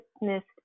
witnessed